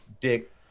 dick